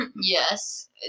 Yes